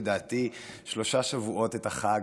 לדעתי, שלושה שבועות את החג,